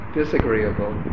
disagreeable